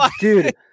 dude